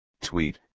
tweet